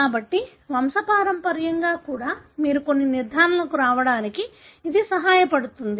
కాబట్టి వంశపారంపర్యంగా కూడా మీరు కొన్ని నిర్ధారణలకు రావడానికి ఇది సహాయపడు తుంది